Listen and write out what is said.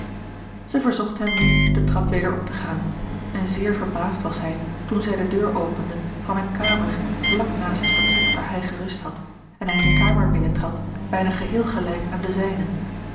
zij verzocht hem nu den trap weder op te gaan en zeer verbaasd was hij toen zij de deur opende van eene kamer vlak naast george een ongeluksvogel het vertrek waar hij gerust had en hij eene kamer binnen trad bijna geheel gelijk aan de zijne